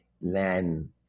land